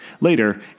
Later